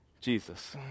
Jesus